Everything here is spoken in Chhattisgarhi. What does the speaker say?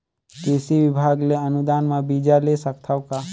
कृषि विभाग ले अनुदान म बीजा ले सकथव का?